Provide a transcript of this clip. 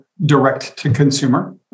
direct-to-consumer